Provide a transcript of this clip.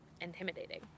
intimidating